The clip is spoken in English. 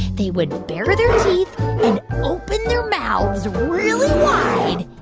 they would bare their teeth and open their mouths really wide.